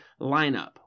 lineup